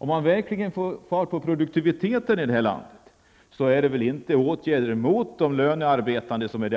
Om man verkligen vill ha fart på produktiviteten i landet är väl det väsentligaste inte åtgärder mot de lönearbetande?